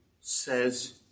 says